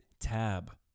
tab